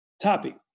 topic